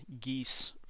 Geese